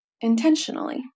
intentionally